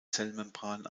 zellmembran